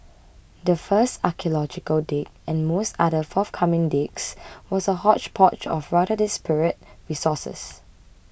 the first archaeological dig and most other forthcoming digs was a hodgepodge of rather disparate resources